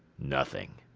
nothing,